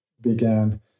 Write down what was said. began